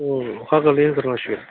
अ